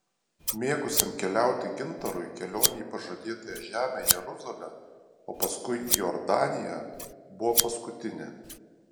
mėgusiam keliauti gintarui kelionė į pažadėtąją žemę jeruzalę o paskui į jordaniją buvo paskutinė